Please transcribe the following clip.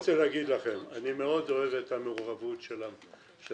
אני רוצה להגיד לכם: אני מאוד אוהב את המעורבות של ההסתדרות.